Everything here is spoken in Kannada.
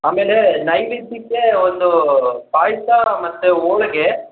ಆಮೇಲೆ ನೈವೇದ್ಯಕ್ಕೆ ಒಂದು ಪಾಯಸ ಮತ್ತೆ ಹೋಳ್ಗೆ